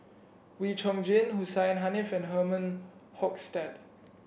Wee Chong Jin Hussein Haniff and Herman Hochstadt